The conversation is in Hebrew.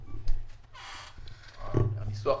הניסוח,